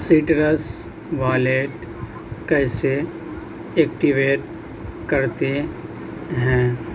سٹرس wallet کیسے activate کرتے ہیں